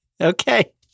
Okay